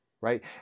right